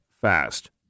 fast